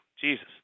Jesus